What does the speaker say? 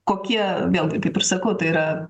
kokie vėlgi kaip ir sakau tai yra